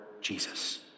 Jesus